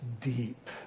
deep